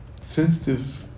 sensitive